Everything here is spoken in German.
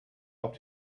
auf